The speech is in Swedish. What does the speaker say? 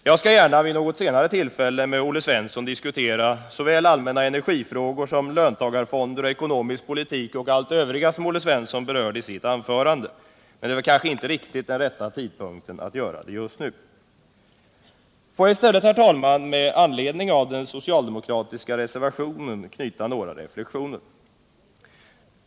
Jag skall gärna vid något senare tillfälle med Olle Svensson diskutera såväl allmänna energifrågor som löntagarfonder och ekonomisk politik samt allt det övriga som Olle Svensson berörde i sitt anförande. Men det är kanske inte riktigt den rätta tidpunkten att göra det nu. Får jag i stället, herr talman, med anledning av den socialdemokratiska reservationen göra några reflexioner.